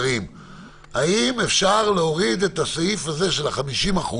האם אפשר להוריד את הסעיף של ה-50%